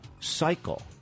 cycle